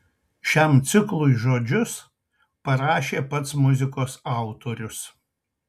šiam ciklui žodžius parašė pats muzikos autorius